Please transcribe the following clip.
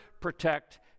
protect